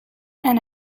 and